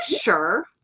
sure